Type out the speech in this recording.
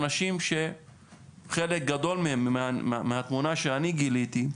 חלק גדול מהתמונה שאני גיליתי,